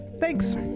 thanks